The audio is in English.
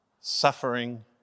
suffering